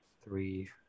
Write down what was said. three